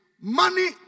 money